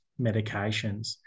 medications